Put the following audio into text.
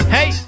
Hey